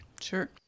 Sure